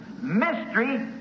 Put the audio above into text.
Mystery